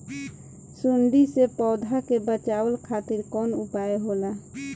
सुंडी से पौधा के बचावल खातिर कौन उपाय होला?